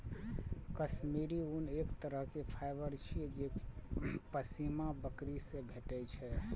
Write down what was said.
काश्मीरी ऊन एक तरहक फाइबर छियै जे पश्मीना बकरी सं भेटै छै